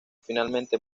finalmente